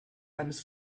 eines